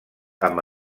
amb